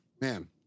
man